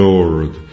Lord